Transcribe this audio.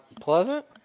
pleasant